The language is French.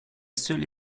seule